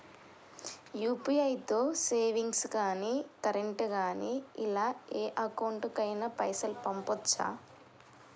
UPI తో savings గాని current గాని ఇలా ఏ అకౌంట్ కైనా పైసల్ పంపొచ్చా?